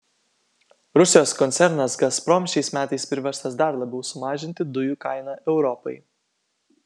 rusijos koncernas gazprom šiais metais priverstas dar labiau sumažinti dujų kainą europai